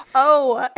oh,